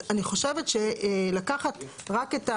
אז אני חושבת שלקחת רק את,